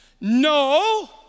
no